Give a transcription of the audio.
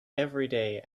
everyday